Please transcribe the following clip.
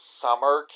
summer